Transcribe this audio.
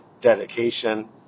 Dedication